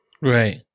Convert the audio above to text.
Right